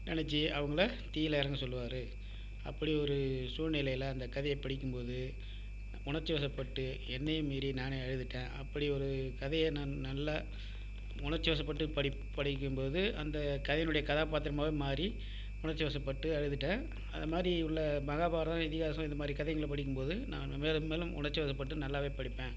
நெனச்சு அவங்களை தீயில் இறங்க சொல்லுவார் அப்படி ஒரு சூழ்நிலையில் அந்த கதையை படிக்கும்போது உணர்ச்சிவசப்பட்டு என்னையே மீறி நானே அழுதுட்டேன் அப்படி ஒரு கதையை நான் நல்லா உணர்ச்சிவசப்பட்டு படி படிக்கும்போது அந்த கதையினுடைய கதாபாத்திரமாகவே மாறி உணர்ச்சிவசப்பட்டு அழுதுவிட்டேன் அது மாதிரி உள்ள மஹாபாரதம் இதிகாசம் இது மாதிரி கதைங்களை படிக்கும்போது நான் மேலும் மேலும் உணர்ச்சிவசப்பட்டு நல்லாவே படிப்பேன்